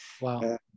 wow